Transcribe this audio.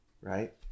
right